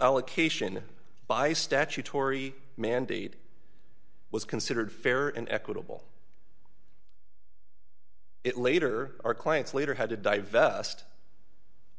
allocation by statutory mandate was considered fair and equitable it later our clients later had to divest